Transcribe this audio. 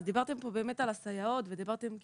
אז דיברתם פה באמת על הסייעות ודיברתם עלינו.